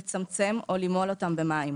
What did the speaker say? לצמצם או למהול אותם במים.